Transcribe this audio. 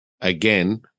again